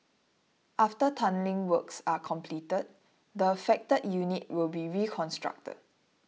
after tunnelling works are completed the affected unit will be reconstructed